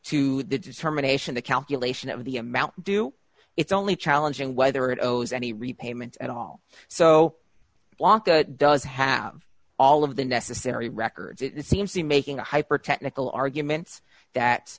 to the determination the calculation of the amount due it's only challenging whether it owes any repayment at all so it does have all of the necessary records it seems to be making a hyper technical arguments that